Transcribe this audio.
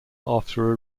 after